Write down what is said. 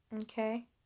okay